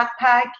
backpack